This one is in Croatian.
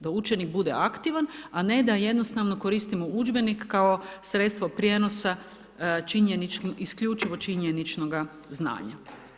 Da učenik bude aktivan, a ne da jednostavno koristimo udžbenik kao sredstvo prijenosa isključivo činjeničnoga znanja.